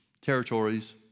territories